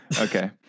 Okay